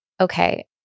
okay